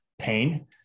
pain